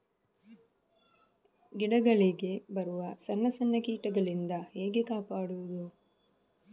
ಗಿಡಗಳಿಗೆ ಬರುವ ಸಣ್ಣ ಸಣ್ಣ ಕೀಟಗಳಿಂದ ಹೇಗೆ ಕಾಪಾಡುವುದು?